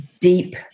deep